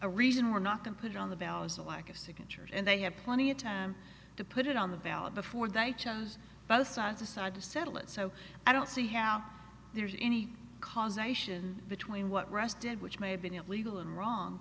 a reason we're not going put on the ballots the lack of signatures and they had plenty of time to put it on the ballot before they chose both sides aside to settle it so i don't see how there's any causation between what rested which may have been illegal and wrong